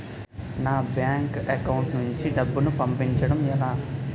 నా bank account నుంచి డబ్బును పంపించడం ఎలా?